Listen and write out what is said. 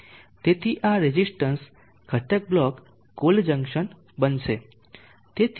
તેથી આ રેઝીસ્ટન્સ ઘટક બ્લોક કોલ્ડ જંકશન બનશે